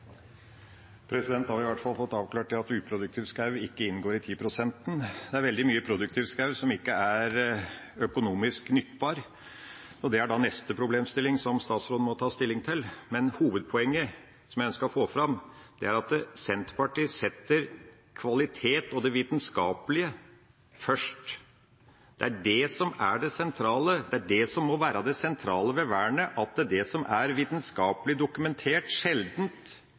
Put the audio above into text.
Da har vi i hvert fall fått avklart at uproduktiv skog ikke inngår i 10 pst.. Det er veldig mye produktiv skog som ikke er økonomisk nyttbar, og det er da neste problemstilling som statsråden må ta stilling til. Men hovedpoenget som jeg ønsket å få fram, er at Senterpartiet setter kvalitet og det vitenskapelige først. Det er det som er det sentrale, det er det som må være det sentrale ved vernet, at det som er vitenskapelig dokumentert, sjeldent